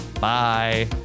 Bye